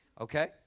okay